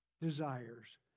desires